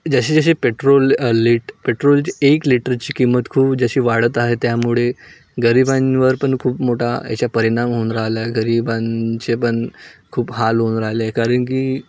जसे जसे पेट्रोल लिट पेट्रोलची एक लिटरची किंमत खूप जशी वाढत आहे त्यामुळे गरिबांवर पण खूप मोठा याचा परिणाम होऊन राहिला गरिबांचे पण खूप हाल होऊन राहिले कारण की